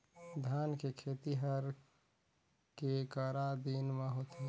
धान के खेती हर के करा दिन म होथे?